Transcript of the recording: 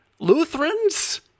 Lutherans